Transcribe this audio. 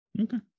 Okay